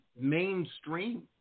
mainstream